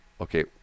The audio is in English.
okay